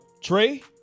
Trey